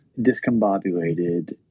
discombobulated